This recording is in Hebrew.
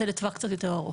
זה לטווח קצת יותר ארוך.